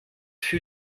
für